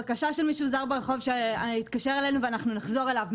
כבקשה ממישהו זר ברחוב שיתקשר אלינו ואנחנו נחזור אליו.